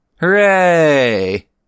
Hooray